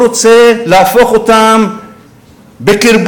הוא רוצה להפוך אותם בקרבו,